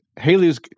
Haley's